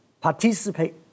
participate